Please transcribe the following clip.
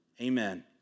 Amen